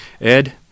Ed